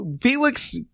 Felix